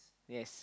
yes